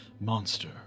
monster